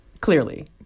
Clearly